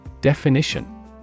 Definition